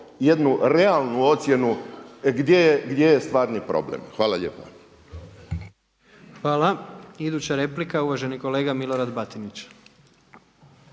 jednu realnu ocjenu gdje je stvarni problem. Hvala lijepa. **Jandroković, Gordan (HDZ)** Hvala. Iduća replika, uvaženi kolega Milorad Batinić.